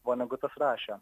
vonegutas rašė